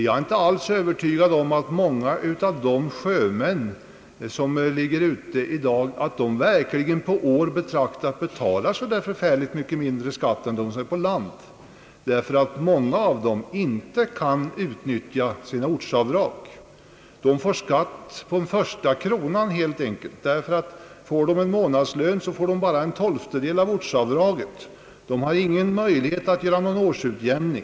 Jag är inte alls övertygad om att de sjömän som i dag ligger ute betalar så förfärligt mycket mindre skatt än de yrkesgrupper som arbetar på land. Många av dem som är ute kan nämligen inte utnyttja möjligheten att göra ortsavdrag. Får de en månads lön, kan de bara utnyttja en tolftedel av ortsavdraget. De får helt enkelt betala skatt från den första kronan.